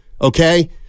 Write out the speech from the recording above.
Okay